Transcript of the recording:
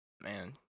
Man